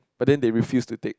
but then they refuse to take